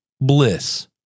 bliss